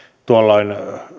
tuolloin